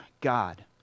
God